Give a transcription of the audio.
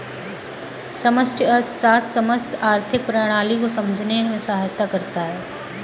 समष्टि अर्थशास्त्र समस्त आर्थिक प्रणाली को समझने में सहायता करता है